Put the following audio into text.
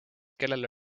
kellele